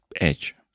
Edge